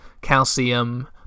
calcium